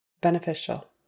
Beneficial